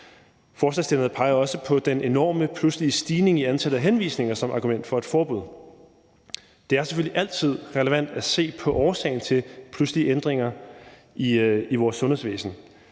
Forslagsstillerne peger også på den enorme pludselige stigning i antallet af henvisninger som argument for et forbud. Det er selvfølgelig altid relevant at se på årsagen til pludselige ændringer i vores sundhedsvæsen.